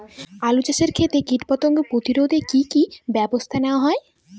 আলু চাষের ক্ষত্রে কীটপতঙ্গ প্রতিরোধে কি কী ব্যবস্থা নেওয়া হয়?